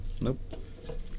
Nope